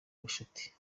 ubucuti